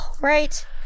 right